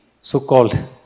so-called